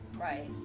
Right